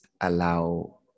allow